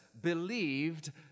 believed